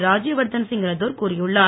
ராஜ்யவர்தன் சிங் ரத்தோர் கூறியுள்ளார்